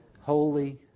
holy